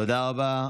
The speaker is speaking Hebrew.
תודה רבה.